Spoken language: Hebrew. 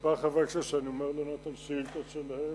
מספר חברי הכנסת, שאני רואה את השאילתות שלהם,